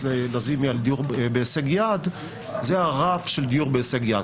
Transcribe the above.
נעמה לזימי על דיור בהישג יד זה הרף של דיור בהישג יד.